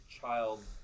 child